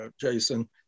Jason